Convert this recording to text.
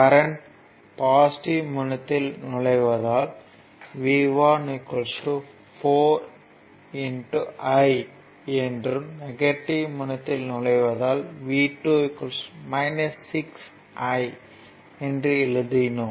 current positive முனையத்தில் நுழைவதால் V 1 4 I என்றும் நெகட்டிவ் முனையத்தில் நுழைவதால் V 2 6 I என்று எழுதினோம்